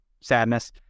sadness